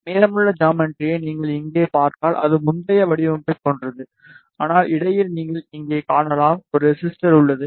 மீதமுள்ள ஜாமெட்ரியை நீங்கள் இங்கே பார்த்தால் அது முந்தைய வடிவமைப்பைப் போன்றது ஆனால் இடையில் நீங்கள் இங்கே காணலாம் ஒரு ரெசிஸ்டர் உள்ளது